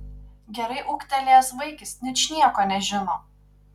gerai ūgtelėjęs vaikis ničnieko nežino